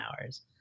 hours